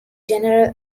general